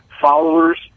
followers